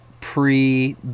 pre